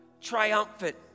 Triumphant